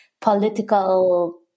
political